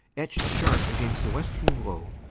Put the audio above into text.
etched sharp against the western glow,